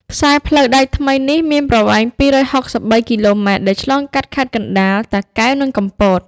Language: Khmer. ខ្សែផ្លូវដែកថ្មីនេះមានប្រវែង ២៦៣ គីឡូម៉ែត្រ ដែលឆ្លងកាត់ខេត្តកណ្តាល តាកែវ និងកំពត។